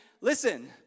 listen